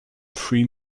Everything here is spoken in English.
three